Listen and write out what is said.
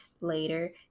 later